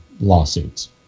lawsuits